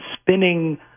spinning